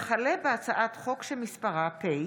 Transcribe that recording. משה גפני, יעקב אשר ויצחק פינדרוס,